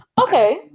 Okay